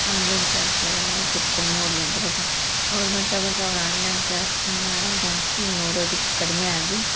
online class ಅವ್ರು ಕುತ್ಕೊಂಡು ನೋಡಲಿ ಅಂತ ಬಟ್ ಅವ್ರು ಬರ್ತಾ ಬರ್ತಾ ಅವ್ರು ಆನ್ಲೈನ್ ಕ್ಲಾಸನ್ನ ಜಾಸ್ತಿ ನೋಡೋದು ಕಡಿಮೆಯಾಗಿ